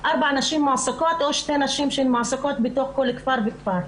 על ארבע נשים או שתי נשים שמועסקות בתוך כל כפר וכפר.